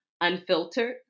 unfiltered